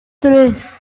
tres